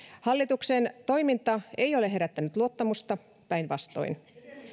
hallituksen toiminta ei ole herättänyt luottamusta päinvastoin